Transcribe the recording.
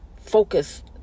focus